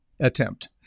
attempt